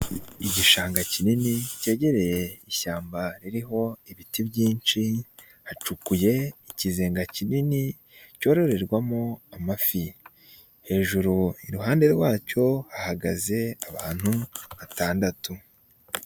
Igishanga kinini cyegereye ishyamba ririho ibiti byinshi, hacukuye ikizega kinini cyororerwamo amafi, hejuru iruhande rwacyo ahagaze abantu batandatu.